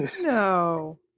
No